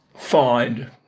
find